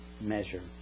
measure